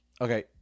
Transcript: Okay